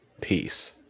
peace